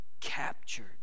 captured